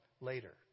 later